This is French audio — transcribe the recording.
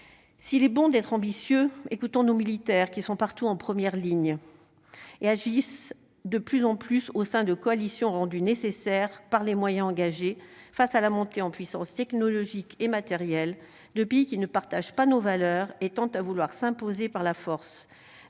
s'il est bon d'être ambitieux, écoutons nos militaires qui sont partout en première ligne et agissent de plus en plus au sein de coalitions rendues nécessaires par les moyens engagés face à la montée en puissance technologique et matériels de pays qui ne partagent pas nos valeurs étant à vouloir s'imposer par la force,